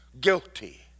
guilty